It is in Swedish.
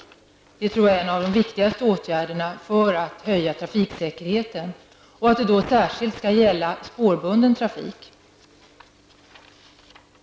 Jag tror att det är en av de viktigaste åtgärderna för att höja trafiksäkerheten. Och det skall då särskilt gälla spårbunden trafik.